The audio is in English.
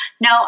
no